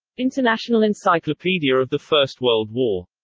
international encyclopedia of the first world war.